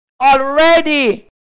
already